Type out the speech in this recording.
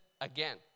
again